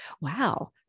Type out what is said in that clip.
Wow